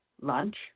lunch